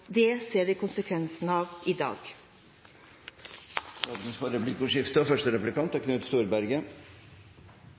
Det ser vi konsekvensen av i dag. Det åpnes for replikkordskifte. Ja, det kan hende det er